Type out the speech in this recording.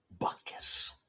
Buckus